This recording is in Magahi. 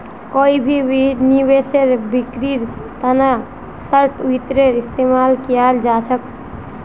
कोई भी निवेशेर बिक्रीर तना शार्ट वित्तेर इस्तेमाल कियाल जा छेक